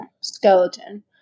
skeleton